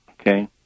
Okay